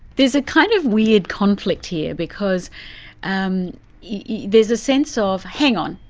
there's a kind of weird conflict here because um yeah there's a sense of, hang on,